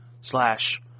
slash